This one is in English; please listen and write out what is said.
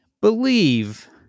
believe